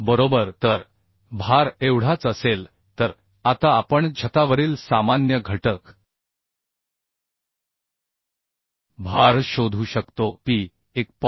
बरोबर तर भार एवढाच असेल तर आता आपण छतावरील सामान्य घटक भार शोधू शकतोP 1